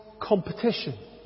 competition